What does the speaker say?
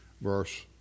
verse